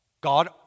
God